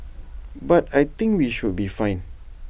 but I think we should be fine